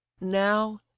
now